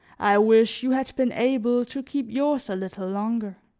i wish you had been able to keep yours a little longer.